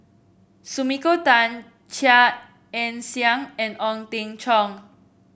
Sumiko Tan Chia Ann Siang and Ong Teng Cheong